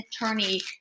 attorney